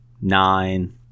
nine